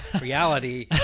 reality